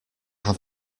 have